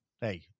Hey